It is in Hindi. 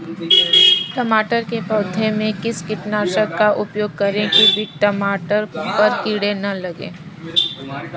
टमाटर के पौधे में किस कीटनाशक का उपयोग करें कि टमाटर पर कीड़े न लगें?